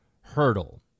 hurdle